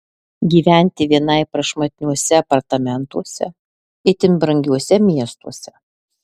gyventi vienai prašmatniuose apartamentuose itin brangiuose miestuose